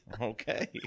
Okay